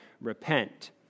repent